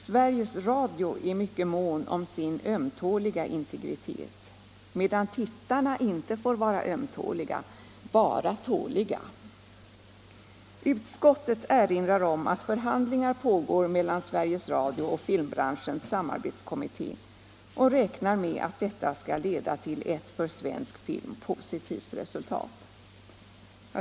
Sveriges Radio är mycket mån om sin ömtåliga integritet, medan tittarna inte får vara ömtåliga, bara tåliga. Utskottet erinrar om att förhandlingar pågår mellan Sveriges Radio och Filmbranschens samarbetskommitté och räknar med att detta skall leda till ett för svensk film positivt resultat.